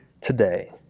today